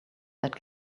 that